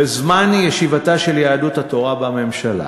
בזמן ישיבתה של יהדות התורה בממשלה,